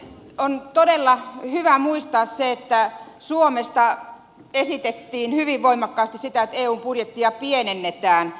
on todella hyvä muistaa se että suomesta esitettiin hyvin voimakkaasti sitä että eun budjettia pienennetään